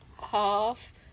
half